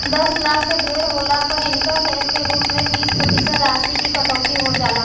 दस लाख से ढेर होला पर इनकम टैक्स के रूप में तीस प्रतिशत राशि की कटौती हो जाला